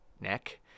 neck